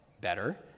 better